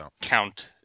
count